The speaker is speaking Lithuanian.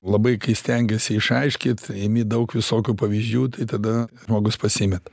labai stengiuosi išaiškyt imi daug visokių pavyzdžių tai tada žmogus pasimeta